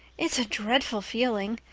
it's a dreadful feeling.